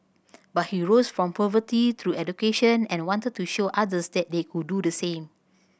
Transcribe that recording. but he rose from poverty through education and wanted to show others they could do the same